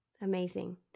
Amazing